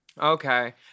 okay